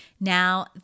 Now